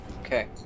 okay